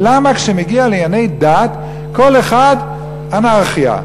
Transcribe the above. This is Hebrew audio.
למה כשמגיע לענייני דת, כל אחד, אנרכיה?